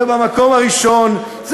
ובמקום הראשון,